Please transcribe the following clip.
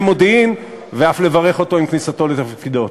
מודיעין ואף לברך אותו עם כניסתו לתפקידו.